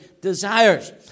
desires